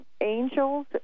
Angels